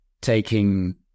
taking